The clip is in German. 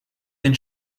den